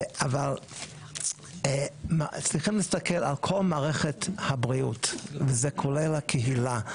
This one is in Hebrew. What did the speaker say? אבל צריך להסתכל על כל מערכת הבריאות וזה כולל הקהילה.